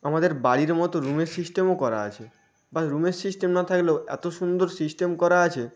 আমাদের বাড়ির মতো রুমের সিস্টেমও করা আছে বা রুমের সিস্টেম না থাকলেও এত সুন্দর সিস্টেম করা আছে